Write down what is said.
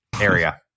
area